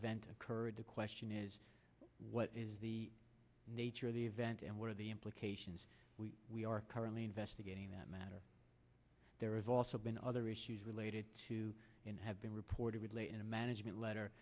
vent occurred the question is what is the nature of the event and what are the implications we are currently investigating that matter there is also been other issues related to have been reported late in a management letter